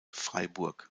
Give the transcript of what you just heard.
freiburg